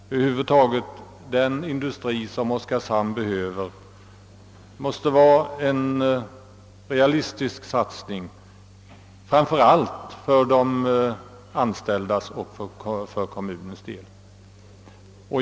Över huvud taget måste den industri som förläggs till Oskarshamn innebära en realistisk satsning, framför allt för de anställdas och för kommunens skull.